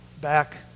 back